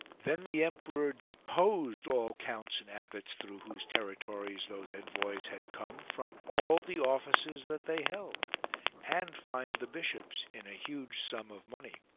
then the emperor deposed all counts and abbots, through whose territories those envoys had come, from all the offices that they held and fined the bishops in a huge sum of money.